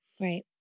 Right